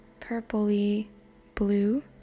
purpley-blue